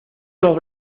los